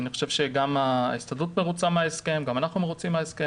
אני חשוב שגם ההסתדרות מרוצה מההסכם וגם אנחנו מרוצים ממנו.